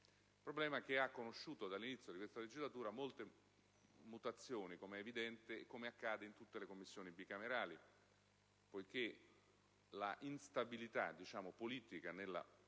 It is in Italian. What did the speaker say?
che ha conosciuto dall'inizio di questa legislatura molte mutazioni, com'è evidente e come accade in tutte le Commissioni bicamerali, poiché la instabilità politica nella composizione